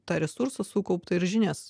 tą resursą sukauptą ir žinias